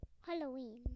Halloween